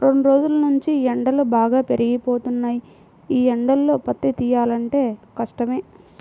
రెండ్రోజుల్నుంచీ ఎండలు బాగా పెరిగిపోయినియ్యి, యీ ఎండల్లో పత్తి తియ్యాలంటే కష్టమే